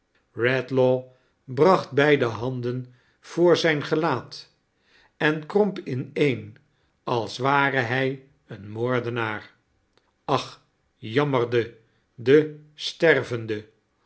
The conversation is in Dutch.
bracht beide handen voor zijn gelaat en kromp ineen als ware hij een moordenaar ach j'ammerde de stervende